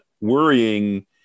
worrying